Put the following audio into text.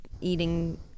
eating